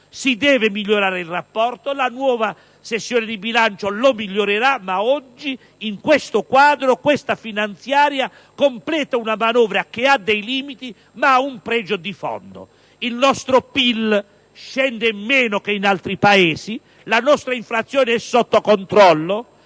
si deve migliorare il rapporto. La nuova sessione di bilancio lo migliorerà, ma oggi, in questo quadro, la finanziaria completa una manovra che ha dei limiti, ma anche dei pregi di fondo: il nostro PIL scende meno che in altri Paesi, la nostra inflazione è sotto controllo,